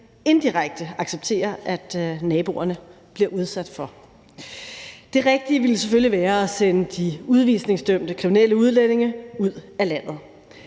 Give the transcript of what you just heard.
indirekte accepterer naboerne bliver udsat for. Det rigtige ville selvfølgelig være at sende de udvisningsdømte kriminelle udlændinge ud af landet.